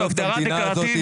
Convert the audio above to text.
זו הגדרה דקלרטיבית,